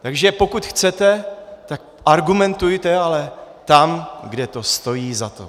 Takže pokud chcete, tak argumentujte, ale tam, kde to stojí za to.